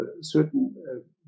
certain